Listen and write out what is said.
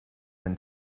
than